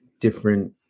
Different